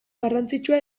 garrantzitsua